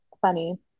funny